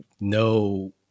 no